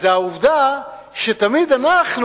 זו העובדה שתמיד אנחנו,